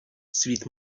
світ